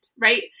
right